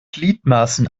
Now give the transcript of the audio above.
gliedmaßen